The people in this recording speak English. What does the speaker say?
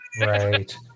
Right